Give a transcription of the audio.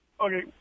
Okay